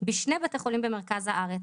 בשני בתי חולים במרכז הארץ.